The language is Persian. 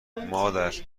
مادر